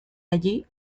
allí